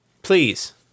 Please